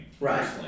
Right